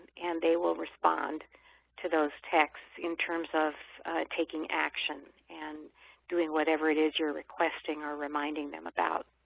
and they will respond to those texts, in terms of taking action and doing whatever it is you're requesting or reminding them about.